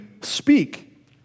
speak